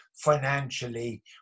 financially